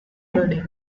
buddy